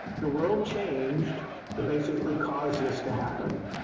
the world changed to basically cause this to happen.